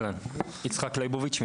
מד"א, יצחק ליבוביץ.